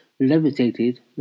levitated